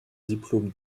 diplôme